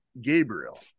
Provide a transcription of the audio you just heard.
Gabriel